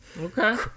okay